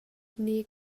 nih